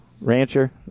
Rancher